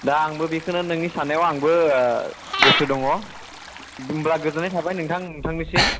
दा आंबो बेखौनो नोंनि साननायाव आंबो गोसो दङ होनब्ला गोजोननाय थाबाय नोंथांनिसिम